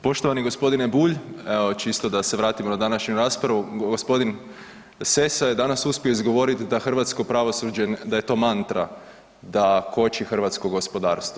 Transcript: Poštovani gospodine Bulj, evo čisto da se vratimo na današnju raspravu gospodin Sessa je danas uspio izgovorit da hrvatsko pravosuđe, da je to mantra da koči hrvatsko gospodarstvo.